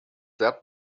that